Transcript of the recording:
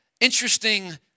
interesting